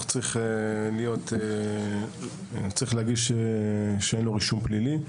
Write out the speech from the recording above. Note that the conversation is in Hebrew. הוא צריך להגיש אישור בו מצוין שאין לו רישום פלילי,